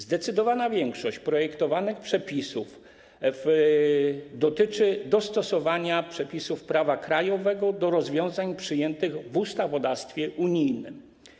Zdecydowana większość projektowanych przepisów dotyczy dostosowania przepisów prawa krajowego do rozwiązań przyjętych w ustawodawstwie unijnym.